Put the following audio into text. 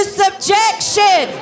subjection